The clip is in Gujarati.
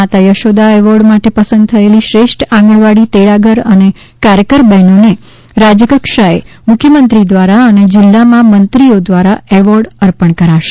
માતા યશોદા એવોર્ડ માટે પસંદ થયેલી શ્રેષ્ઠ આંગણવાડી તેડાગર અને કાર્યકર બહેનોને રાજ્યકક્ષાએ મુખ્યમંત્રી દ્વારા અને જિલ્લામાં મંત્રીઓ દ્વારા એવોર્ડ અર્પણ કરાશે